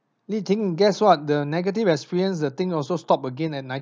li ting guess what the negative experience the thing also stop again eh nineteen